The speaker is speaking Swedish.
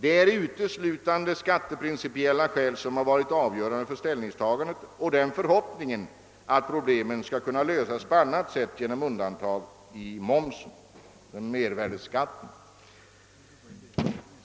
Det är uteslutande skatteprincipiella skäl som varit avgörande för ställningstagandet vid sidan av förhoppningen att det skall vara möjligt att lösa problemet på annat sätt än genom undantag från mervärdeskatteförordningen.